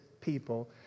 people